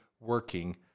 working